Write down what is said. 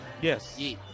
Yes